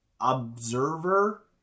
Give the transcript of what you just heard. Observer